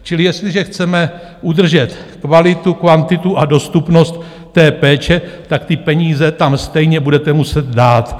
Čili jestliže chceme udržet kvalitu, kvantitu a dostupnost péče, tak ty peníze tam stejně budete muset dát.